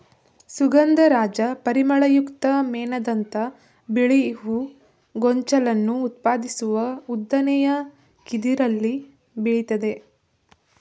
ಸುಗಂಧರಾಜ ಪರಿಮಳಯುಕ್ತ ಮೇಣದಂಥ ಬಿಳಿ ಹೂ ಗೊಂಚಲನ್ನು ಉತ್ಪಾದಿಸುವ ಉದ್ದನೆಯ ಕದಿರಲ್ಲಿ ಬೆಳಿತದೆ